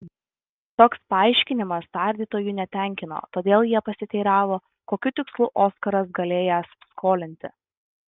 toks paaiškinimas tardytojų netenkino todėl jie pasiteiravo kokiu tikslu oskaras galėjęs skolinti